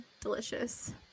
delicious